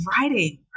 writing